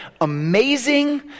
amazing